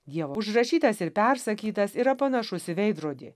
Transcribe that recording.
dievo užrašytas ir persakytas yra panašus į veidrodį